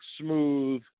smooth